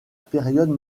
période